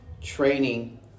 training